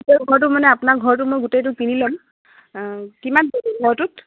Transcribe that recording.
ঘৰটো মানে আপোনাৰ ঘৰটো মই গোটেইটো কিনি ল'ম কিমান হ'ব ঘৰটোত